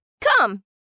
Come